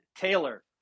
Taylor